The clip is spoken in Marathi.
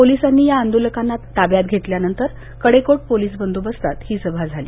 पोलिसांनी या आंदोलकांना ताब्यात घेतल्यानंतर कडेकोट पोलीस बंदोबस्तात ही सभा झाली